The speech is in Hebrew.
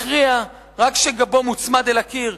מכריע רק כשגבו מוצמד אל הקיר,